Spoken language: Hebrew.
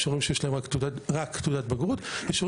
יש הורים שיש להם רק תעודת בגרות ויש הורים